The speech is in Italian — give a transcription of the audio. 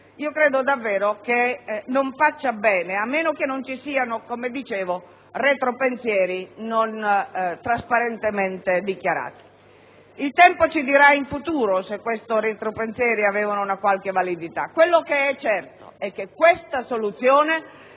io credo che davvero non faccia bene, a meno che non ci siano - come dicevo - retropensieri non trasparentemente dichiarati. Il tempo ci dirà, in futuro, se questi retropensieri avevano una qualche validità. Quello che è certo è che questa soluzione